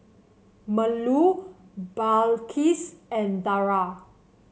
Melur Balqis and Dara